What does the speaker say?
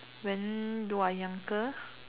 when you are younger